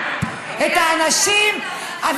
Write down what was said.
אנחנו הקמנו את הוועדה.